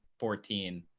fourteen.